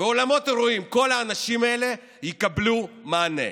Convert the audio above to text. כל האנשים האלה יקבלו מענה.